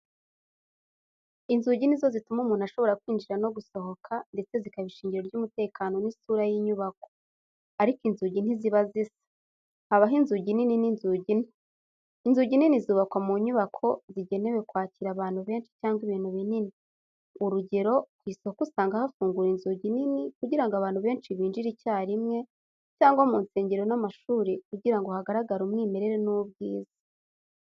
Inzugi ni zo zituma umuntu ashobora kwinjira no gusohoka, ndetse zikaba ishingiro ry’umutekano n’isura y’inyubako. Ariko, inzugi ntiziba zisa. Habaho inzugi nini n’inzugi nto. Inzugi nini zubakwa mu nyubako zigenewe kwakira abantu benshi cyangwa ibintu binini. Urugero, ku isoko usanga hafungura inzugi nini kugira ngo abantu benshi binjire icyarimwe, cyangwa mu nsengero n’amashuri kugira ngo hagaragare umwimerere n’ubwiza.